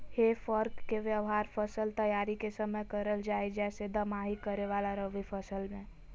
हे फोर्क के व्यवहार फसल तैयारी के समय करल जा हई, जैसे दमाही करे वाला रवि फसल मे